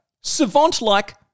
savant-like